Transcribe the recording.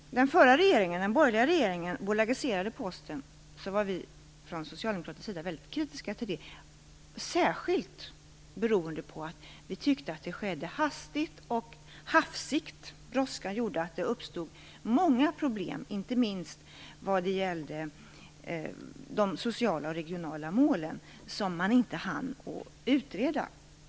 Då den borgerliga regeringen bolagiserade Posten var vi socialdemokrater väldigt kritiska till det, särskilt beroende på att vi tyckte att det skedde både hastigt och hafsigt. Brådskan gjorde att det uppstod många problem - inte minst vad gällde de sociala och regionala målen, vilka man inte hann utreda.